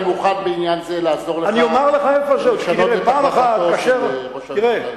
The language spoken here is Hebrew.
אני מוכן בעניין זה לעזור לך לשנות את החלטתו של ראש הממשלה נתניהו.